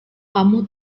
kamu